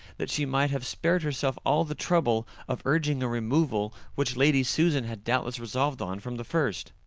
that she might have spared herself all the trouble of urging a removal which lady susan had doubtless resolved on from the first.